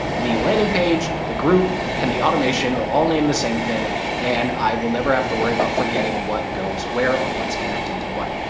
the landing page, the group and the automation or all name the same thing and i will never have to worry about forgetting what goes where or what's connected to what.